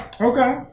Okay